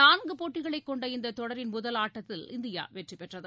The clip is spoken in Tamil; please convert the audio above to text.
நான்கு போட்டிகளை கொண்ட இந்த தொடரின் முதல் ஆட்டத்தில் இந்தியா வெற்றி பெற்றது